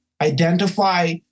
identify